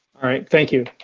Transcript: all right, thank you.